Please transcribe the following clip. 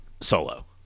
Solo